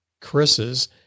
Chris's